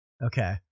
Okay